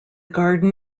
garden